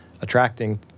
attracting